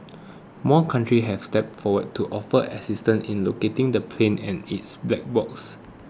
more countries have stepped forward to offer assistance in locating the plane and its black boxes